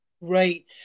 Right